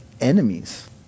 enemies